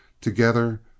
together